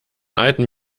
alten